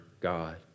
God